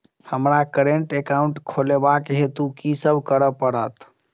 हमरा current account खोलेवाक हेतु की सब करऽ पड़त?